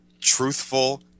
truthful